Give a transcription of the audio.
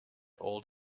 old